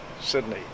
Sydney